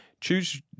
choose